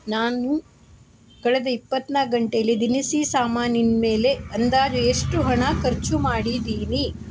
ನಾನು ಕಳೆದ ಇಪ್ಪತ್ತ್ನಾಲ್ಕು ಗಂಟೇಲಿ ದಿನಸಿ ಸಾಮಾನಿನ ಮೇಲೆ ಅಂದಾಜು ಎಷ್ಟು ಹಣ ಖರ್ಚು ಮಾಡಿದ್ದೀನಿ